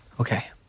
Okay